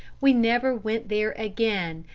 we never went there again,